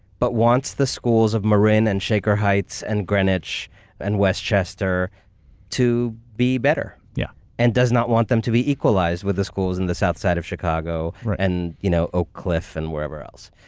but wants the schools of marin and shaker heights and greenwich and westchester to be better yeah and does not want them to be equalized with the schools in the south side of chicago and you know, oak cliff and wherever else.